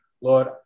Lord